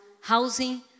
housing